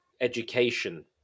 education